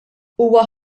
huwa